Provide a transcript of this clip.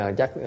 Chắc